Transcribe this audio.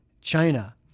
China